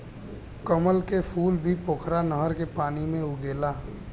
कमल के फूल भी पोखरा नहर के पानी में उगेला